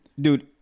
Dude